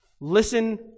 Listen